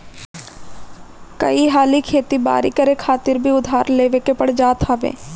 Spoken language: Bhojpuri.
कई हाली खेती बारी करे खातिर भी उधार लेवे के पड़ जात हवे